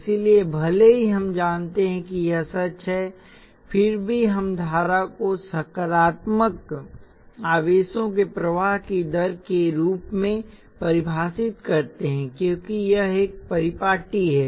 इसलिए भले ही हम जानते हैं कि यह सच है फिर भी हम धारा को सकारात्मक आवेशों के प्रवाह की दर के रूप में परिभाषित करते हैं क्योंकि यह परिपाटी है